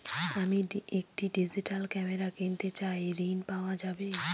আমি একটি digital camera কিনতে চাই ঝণ পাওয়া যাবে?